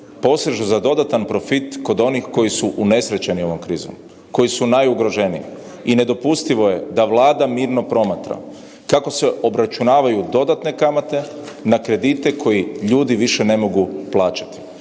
posežu za dodatan profit kod onih koji su unesrećeni ovom krizom, koji su najugroženiji. I nedopustivo je da Vlada mirno promatra kako se obračunavaju dodatne kamate na kredite koji ljudi više ne mogu plaćati,